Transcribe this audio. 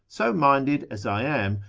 so minded as i am,